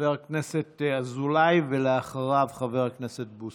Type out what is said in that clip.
חבר הכנסת אזולאי, ואחריו, חבר הכנסת בוסו.